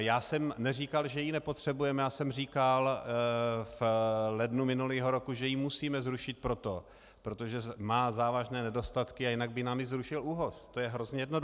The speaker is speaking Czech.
Já jsem neříkal, že ji nepotřebujeme, já jsem říkal v lednu minulého roku, že ji musíme zrušit proto, protože má závažné nedostatky a jinak by nám ji zrušil ÚOHS, to je hrozně jednoduché.